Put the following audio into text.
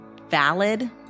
valid